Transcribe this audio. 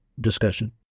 discussion